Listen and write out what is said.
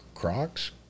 Crocs